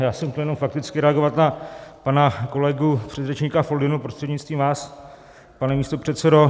Já jsem chtěl jenom fakticky reagovat na pana kolegu předřečníka Foldynu, prostřednictvím vás, pane místopředsedo.